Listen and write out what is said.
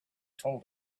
told